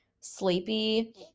sleepy